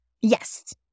yes